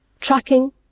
Tracking